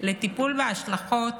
לטיפול בהשלכות